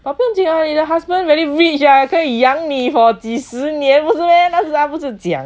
but 不用紧 ah 你的 husband very rich ah 可以养你 for 几十年不是 meh 那是他不是讲